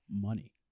money